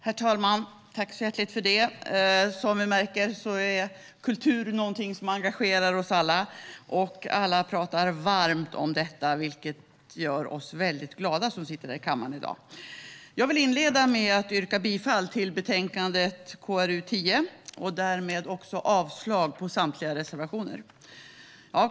Herr talman! Vi märker att kultur är någonting som engagerar oss alla, och alla talar varmt om detta. Det gör oss som sitter här i kammaren i dag mycket glada. Jag vill inleda med att yrka bifall till förslaget i betänkandet KrU10 och avslag på samtliga reservationer.